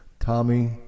Tommy